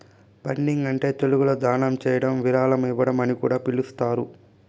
funding అంటే తెలుగులో దానం చేయడం విరాళం ఇవ్వడం అని కూడా పిలుస్తారు